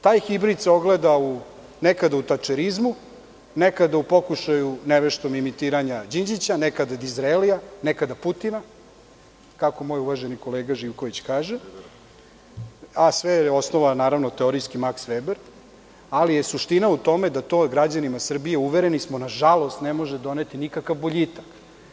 Taj hibrid se ogleda nekada u Tačerizmu, nekada u pokušaju neveštog imitiranja Đinđića, nekada Dizraelija, nekada Putina, kako moj uvaženi kolega Živković kaže, a sve je osnova naravno teorijski Maks Veber, ali je suština u tome da to građanima Srbije, uvereni smo, na žalost ne može doneti nikakav boljitak.